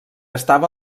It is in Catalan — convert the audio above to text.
estava